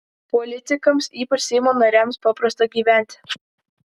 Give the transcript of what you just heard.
politikams ypač seimo nariams paprasta gyventi